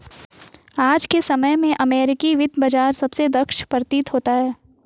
आज के समय में अमेरिकी वित्त बाजार सबसे दक्ष प्रतीत होता है